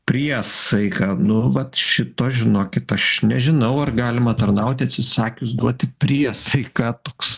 priesaiką nu vat šito žinokit aš nežinau ar galima tarnauti atsisakius duoti priesaiką toks